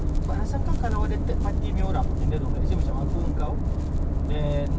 but rasa engkau kalau ada third party punya orang in the room let's say macam aku engkau then